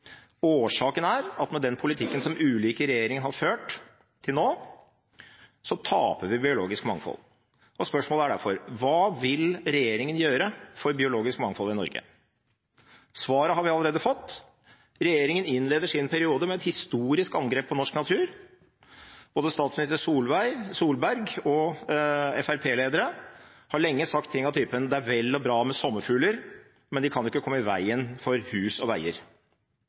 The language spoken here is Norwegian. Årsaken er at med den politikken som ulike regjeringer har ført til nå, taper vi biologisk mangfold. Spørsmålet er derfor: Hva vil regjeringen gjøre for biologisk mangfold i Norge? Svaret har vi allerede fått. Regjeringen innleder sin periode med et historisk angrep på norsk natur. Både statsminister Solberg og Fremskrittsparti-lederen har lenge sagt ting av typen: Det er vel og bra med sommerfugler, men de kan jo ikke komme i veien for hus og veier.